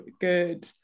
good